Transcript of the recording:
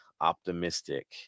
optimistic